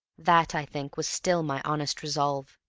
that, i think, was still my honest resolve.